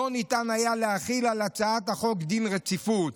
לא ניתן היה להחיל על הצעת החוק דין רציפות,